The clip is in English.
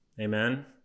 Amen